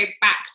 back